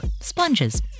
sponges